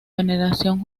federación